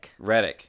Redick